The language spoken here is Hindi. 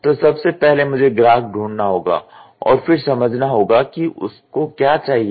तो सबसे पहले मुझे ग्राहक ढूंढना होगा और फिर समझना होगा कि उसको क्या चाहिए